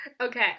okay